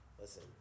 Listen